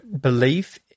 belief